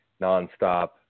nonstop